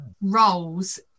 roles